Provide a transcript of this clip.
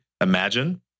imagine